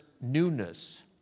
newness